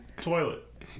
toilet